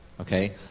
okay